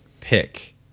pick